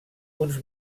uns